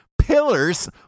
Pillars